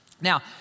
Now